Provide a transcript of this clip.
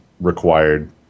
required